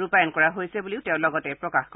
ৰূপায়ণ কৰা হৈছে বুলিও তেওঁ লগতে প্ৰকাশ কৰে